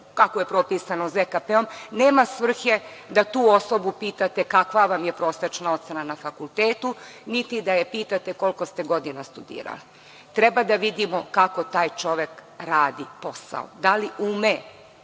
kako je propisano ZKP-om, nema svrhe da tu osobu pitate kakva vam je prosečna ocena na fakultetu, niti da je pitate koliko ste godina studirali. Treba da vidimo kako taj čovek radi posao, da li ume,